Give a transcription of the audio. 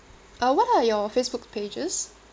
uh what are your Facebook pages